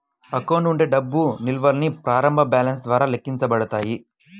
account ఉండే డబ్బు నిల్వల్ని ప్రారంభ బ్యాలెన్స్ ద్వారా లెక్కించబడతాయి